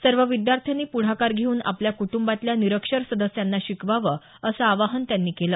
सर्व विद्यार्थ्यांनी पुढाकार घेऊन आपल्या कुटंबातल्या निरक्षर सदस्यांना शिकवावं असं आवाहन त्यांनी केलं